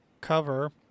cover